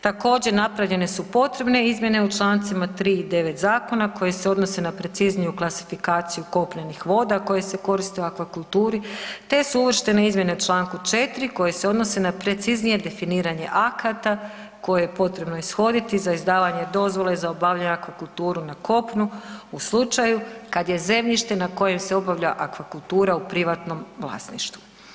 Također, napravljene su potrebne izmjene u Člancima 3. i 9. zakona koje se odnose na precizniju klasifikaciju kopnenih voda koje se koriste u akvakulturi te su uvrštene izmjene u Članku 4. koje se odnose na preciznije definiranje akata koje je potrebno ishoditi za izdavanje dozvole za obavljanje akvakulture na kopnu u slučaju kad je zemljište na kojem se obavlja akvakultura u privatnom vlasništvu.